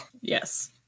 yes